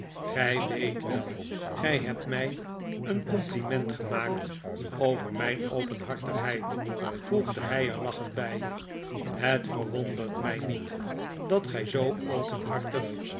gij weet wel gij hebt mij een compliment gemaakt over mijn openhartigheid voegde hij er lachend bij het verwondert mij niet dat gij zoo openhartig